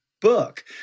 book